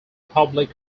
public